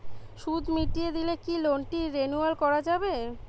সুদ মিটিয়ে দিলে কি লোনটি রেনুয়াল করাযাবে?